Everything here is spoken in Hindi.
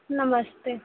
नमस्ते